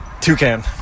Toucan